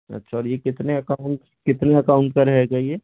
अच्छा और ये कितने अकाउंट कितने अकाउंट का रह गया ये